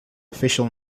official